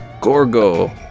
Gorgo